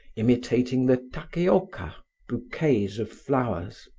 imitating the takeoka bouquets of flowers,